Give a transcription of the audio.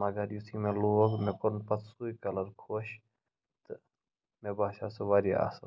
مگر یُتھُے مےٚ لوگ مےٚ کوٚرُن پَتہٕ سُے کَلَر خۄش تہٕ مےٚ باسیو سُہ واریاہ اَصٕل